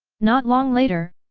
not long later,